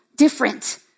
Different